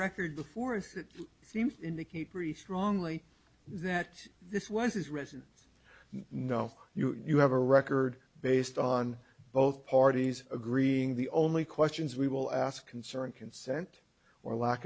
record before and it seems to indicate pretty strongly that this was his residence no you are have a record based on both parties agreeing the only questions we will ask concern consent or lack